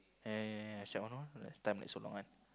eh the time like so long one